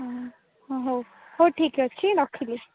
ଓହୋ ହେଉ ଠିକ ଅଛି ରଖିଲି